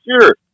sure